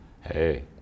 Hey